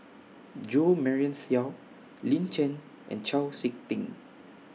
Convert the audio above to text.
Jo Marion Seow Lin Chen and Chau Sik Ting